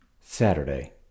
Saturday